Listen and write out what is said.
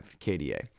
KDA